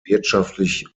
wirtschaftlich